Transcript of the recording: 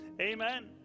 Amen